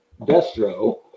Destro